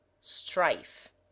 strife